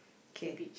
k